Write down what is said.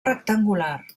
rectangular